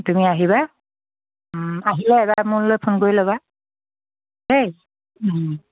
তুমি আহিবা আহিলে এবাৰ মোৰলৈ ফোন কৰি ল'বা দেই